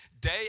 day